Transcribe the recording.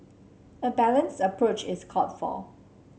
a balanced approach is called for